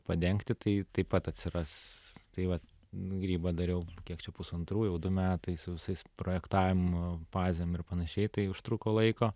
padengti tai taip pat atsiras tai vat grybą dariau kiek čia pusantrų jau du metai su visais projektavimo fazėm ir panašiai tai užtruko laiko